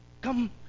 come